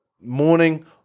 morning